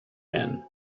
men